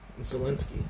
Zelensky